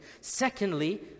Secondly